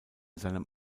seinem